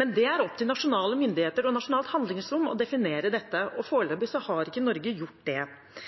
Det er opp til nasjonale myndigheter og nasjonalt handlingsrom å definere dette, og foreløpig har ikke Norge gjort det.